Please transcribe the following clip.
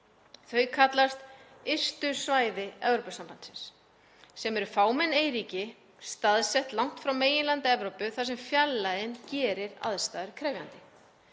Þau kallast ystu svæði Evrópusambandsins sem eru fámenn eyríki staðsett langt frá meginlandi Evrópu þar sem fjarlægðin gerir aðstæður krefjandi.